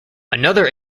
another